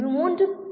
மூன்று பி